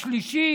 השלישי